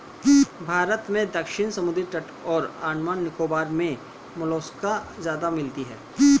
भारत में दक्षिणी समुद्री तट और अंडमान निकोबार मे मोलस्का ज्यादा मिलती है